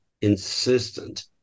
insistent